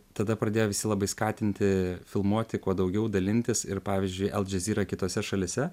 tada pradėjo visi labai skatinti filmuoti kuo daugiau dalintis ir pavyzdžiui el džazira kitose šalyse